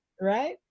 Right